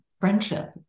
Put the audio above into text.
friendship